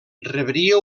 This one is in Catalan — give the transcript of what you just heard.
rebria